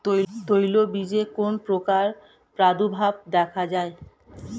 তৈলবীজে কোন পোকার প্রাদুর্ভাব দেখা যায়?